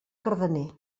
cardener